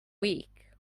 weak